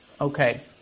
Okay